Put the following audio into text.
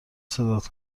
صدات